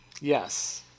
Yes